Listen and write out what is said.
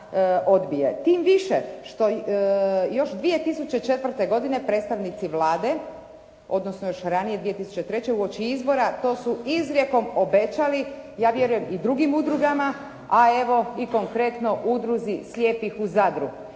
tim više što još 2004. godine predstavnici Vlade, odnosno još ranije 2003. uoči izbora to su izrijekom obećali ja vjerujem i drugim udrugama, a evo i konkretno Udruzi slijepih u Zadru.